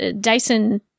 Dyson